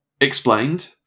explained